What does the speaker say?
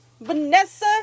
vanessa